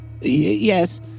Yes